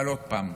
אבל עוד פעם,